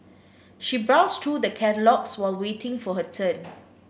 she browsed through the catalogues while waiting for her turn